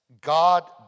God